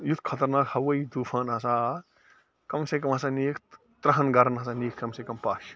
یُتھ خَطرناک ہَوٲیی طوٗفان ہَسا آو کَم سے کَم ہَسا نِییکھ تٕرٛہَن گھرَن ہَسا نِییِکھ کَم سے کَم پَش